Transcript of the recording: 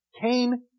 Cain